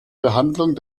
behandlung